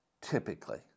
typically